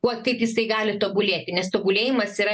kuo kaip jisai gali tobulėti nes tobulėjimas yra